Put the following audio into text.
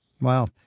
Wow